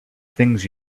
things